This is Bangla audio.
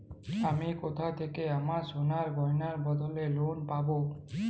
আমি কোথা থেকে আমার সোনার গয়নার বদলে লোন পাবো?